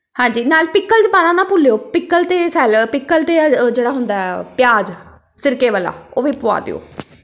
ਹਾਂਜੀ ਨਾਲ ਪਿਕਲਜ ਪਾਉਣਾ ਨਾ ਭੁੱਲਿਉ ਪਿੱਕਲ ਅਤੇ ਸੈਲ ਪਿੱਕਲ ਅਤੇ ਜਿਹੜਾ ਹੁੰਦਾ ਪਿਆਜ ਸਿਰਕੇ ਵਾਲਾ ਉਹ ਵੀ ਪਵਾ ਦਿਉ